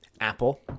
Apple